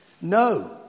No